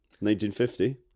1950